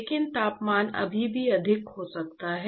लेकिन तापमान अभी भी अधिक हो सकता है